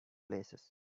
places